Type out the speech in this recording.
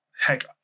Heck